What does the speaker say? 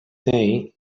day